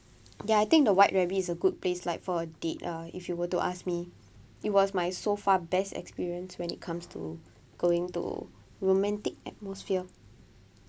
ya I think the white rabbit is a good place like for a date ah or if you were to ask me it was my so far best experience when it comes to going to romantic atmosphere